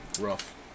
rough